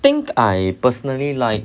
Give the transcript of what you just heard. think I personally like